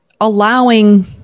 allowing